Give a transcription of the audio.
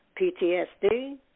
PTSD